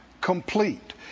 Complete